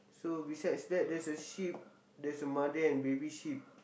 so besides that there's a sheep there's a mother and baby sheep